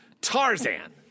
Tarzan